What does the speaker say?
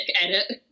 edit